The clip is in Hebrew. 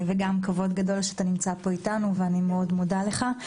כבוד גדול שאתה נמצא פה איתנו, ואני מאוד מודה לך.